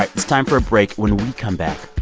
it's time for a break. when we come back,